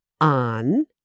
on